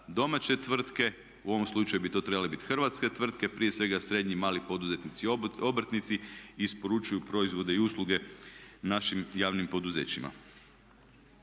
domaće tvrtke, u ovom slučaju bi to trebale biti hrvatske tvrtke prije svega srednji i mali poduzetnici, obrtnici isporučuju proizvode i usluge našim javnim poduzećima.